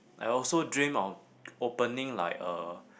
I also dream of opening like a